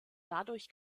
dadurch